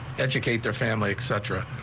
educate their family etcetera.